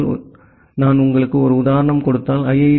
பிக்கள் நான் உங்களுக்கு ஒரு உதாரணம் கொடுத்தால் ஐ